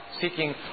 Seeking